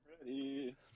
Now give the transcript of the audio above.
ready